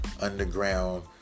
underground